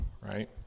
right